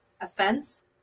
offense